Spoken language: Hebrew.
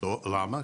למה?